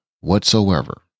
whatsoever